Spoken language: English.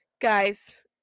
guys